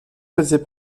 faisait